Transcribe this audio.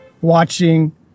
watching